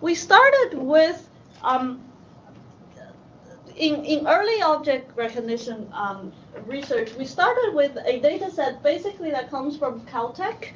we started with um yeah in in early object recognition um research, we started with a dataset basically that comes from caltech